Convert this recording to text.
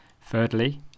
Thirdly